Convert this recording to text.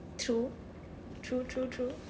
true true true true